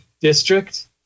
district